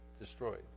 destroyed